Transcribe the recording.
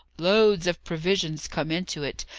loads of provisions come into it,